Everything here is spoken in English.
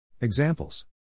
Examples